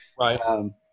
Right